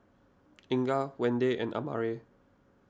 Inga Wende and Amare